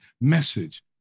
message